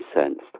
sensed